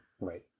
Right